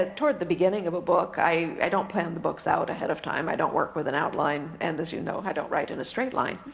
ah toward the beginning of a book. i i don't plan the books out ahead of time, i don't work with an outline, and as you know i don't write in a straight line.